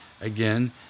Again